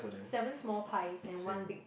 seven small pies and one big